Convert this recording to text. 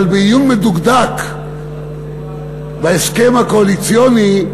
אבל מעיון מדוקדק בהסכם הקואליציוני,